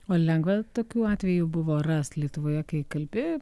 o lengva tokiu atvejų buvo rast lietuvoje kai kalbi